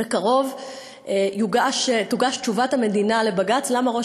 בקרוב תוגש תשובת המדינה לבג"ץ למה ראש